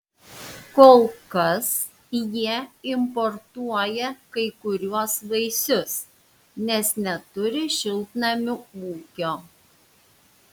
kol kas jie importuoja kai kuriuos vaisius nes neturi šiltnamių ūkio